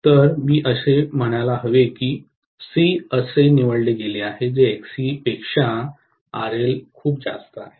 तर मी असे म्हणायला हवे की C असे निवडले गेले आहे जे XC पेक्षा RL खूप जास्त आहे